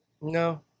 No